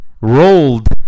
rolled